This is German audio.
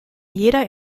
jeder